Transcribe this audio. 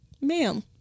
ma'am